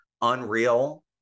unreal